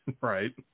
Right